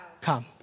come